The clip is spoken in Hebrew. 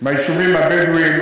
ביישובים הבדואיים,